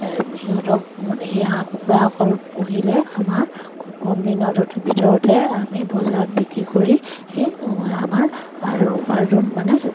সিহঁতক মানে সেই হাঁহ কুকুৰাসকল পুহিলে আমাৰ খুব কম দিনত ভিতৰতে আমি বজাৰত বিক্ৰী কৰি সেই আমাৰ উপাৰ্জন মানে